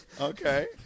Okay